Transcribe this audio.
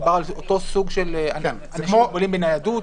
מדובר על שיקולים מתוך ניידות?